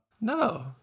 No